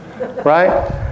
Right